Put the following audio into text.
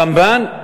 הרמב"ן,